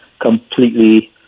completely